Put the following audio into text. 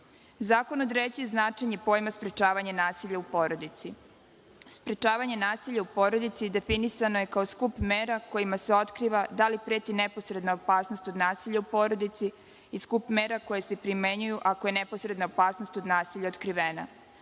određuje i značenje pojma sprečavanje nasilja u porodici. Sprečavanje nasilja u porodici definisano je kao skup mera kojima se otkriva da li preti neposredna opasnost od nasilja u porodici i skup mera koje se primenjuju ako je neposredna opasnost od nasilja otkrivena.